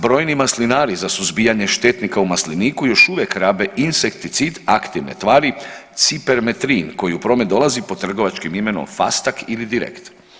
Brojni maslinari za suzbijanju štetnika u masliniku još uvijek rabe insekticid aktivne tvari cipermetrin koji u promet dolazi pod trgovačkim imenom Fastac ili Direkt.